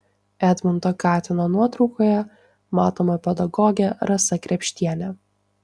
edmundo katino nuotraukoje matoma pedagogė rasa krėpštienė